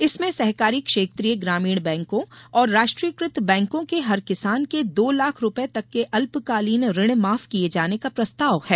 इसमें सहकारी क्षेत्रीय ग्रामीण बैंकों और राष्ट्रीयकृत बैंकों के हर किसान के दो लाख रूपये तक के अल्पकालीन ऋण माफ किये जाने का प्रस्ताव है